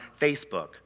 Facebook